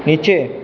হেঁচে